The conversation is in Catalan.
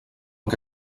que